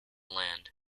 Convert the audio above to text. land